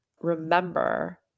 remember